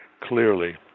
clearly